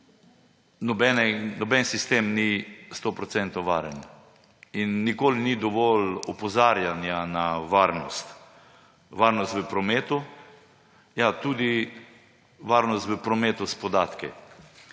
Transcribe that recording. Noben sistem ni 100-procentno varen in nikoli ni dovolj opozarjanja na varnost, varnost v prometu, ja, tudi varnost v prometu s podatki.